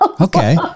Okay